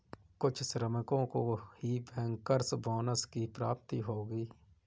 कुछ श्रमिकों को ही बैंकर्स बोनस की प्राप्ति होगी